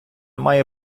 має